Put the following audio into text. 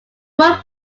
wood